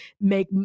make